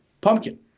pumpkin